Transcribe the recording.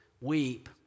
Weep